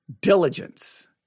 Diligence